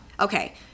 Okay